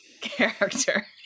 character